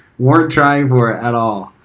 weren't trying for it at all